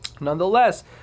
Nonetheless